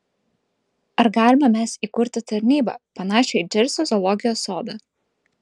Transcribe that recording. ar galime mes įkurti tarnybą panašią į džersio zoologijos sodą